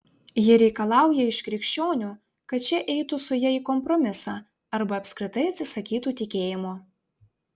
ji reikalauja iš krikščionių kad šie eitų su ja į kompromisą arba apskritai atsisakytų tikėjimo